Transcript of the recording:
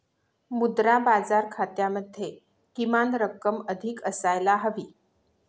मुद्रा बाजार खात्यामध्ये किमान रक्कम अधिक असायला हवी